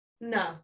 No